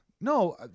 No